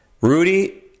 Rudy